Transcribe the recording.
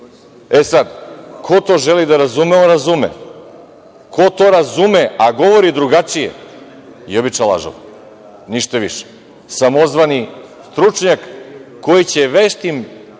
to želi da razume, on razume. Ko to razume a govori drugačije je običan lažov. Ništa više. Samozvani stručnjak koji će veštim